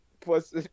plus